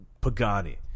Pagani